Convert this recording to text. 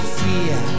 fear